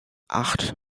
acht